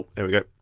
there we go.